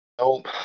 Nope